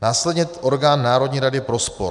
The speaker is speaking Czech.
Následně orgán národní rady pro sport.